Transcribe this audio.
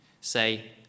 Say